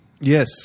Yes